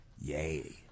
Yay